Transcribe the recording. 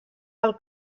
del